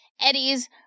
Eddie's